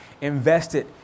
invested